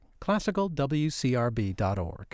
classicalwcrb.org